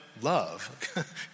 love